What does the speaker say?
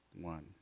one